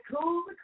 cool